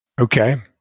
Okay